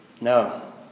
No